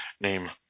name